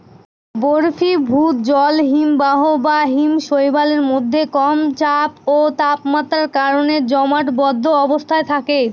বরফীভূত জল হিমবাহ বা হিমশৈলের মধ্যে কম চাপ ও তাপমাত্রার কারণে জমাটবদ্ধ অবস্থায় থাকে